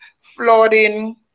flooding